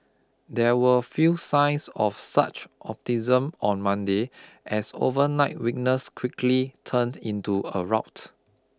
there were few signs of such optimism on Monday as overnight weakness quickly turned into a rout